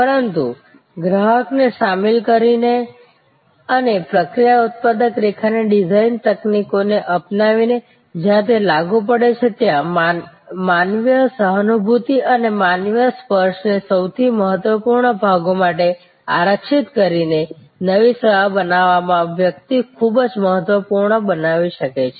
પરંતુ ગ્રાહકને સામેલ કરીને અને પ્રક્રિયા ઉત્પાદક રેખા ની ડિઝાઇન તકનીકોને અપનાવી જ્યાં તે લાગુ પડે છે ત્યાં માનવીય સહાનુભૂતિ અને માનવીય સ્પર્શને સૌથી મહત્વપૂર્ણ ભાગો માટે આરક્ષિત કરીને નવી સેવા બનાવવામાં વ્યક્તિ ખૂબ જ મહત્વપૂર્ણ બનાવી શકે છે